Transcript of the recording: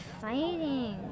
fighting